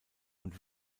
und